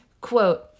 quote